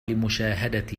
لمشاهدة